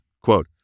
quote